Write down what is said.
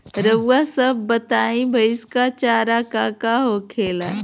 रउआ सभ बताई भईस क चारा का का होखेला?